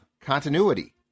continuity